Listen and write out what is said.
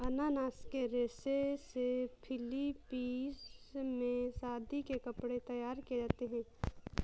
अनानास के रेशे से फिलीपींस में शादी के कपड़े तैयार किए जाते हैं